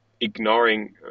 ignoring